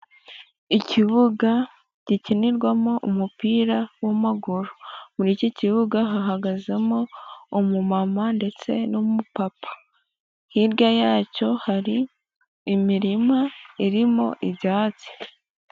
Ikibuga gikinirwamo umupira w'amaguru. Muri iki kibuga hahagazemo umumama ndetse n'umupapa, hirya yacyo hari imirima irimo ibyatsi.